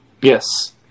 Yes